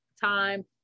time